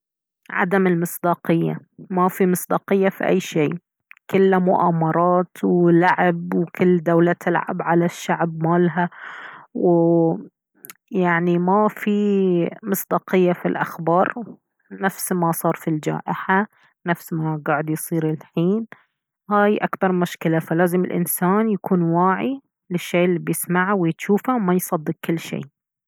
عدم المصداقية ما في مصداقية في أي شيء كله مؤامرات ولعب وكل دولة تلعب على الشعب مالها ويعني ما في مصداقية في الأخبار نفس ما صار في الجائحة نفس ما قاعد يصير الحين هاي أكبر مشكلة فلازم الإنسان يكون واعي للشي الي بيسمعه ويشوفه وما يصدق كل شيء